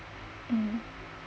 mm